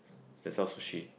they sell sushi